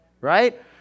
right